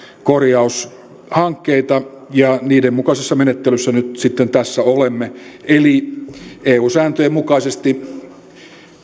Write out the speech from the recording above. korjaushankkeita ja niiden mukaisessa menettelyssä nyt sitten tässä olemme eu sääntöjen mukaisesti